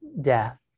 death